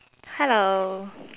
hello